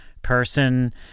person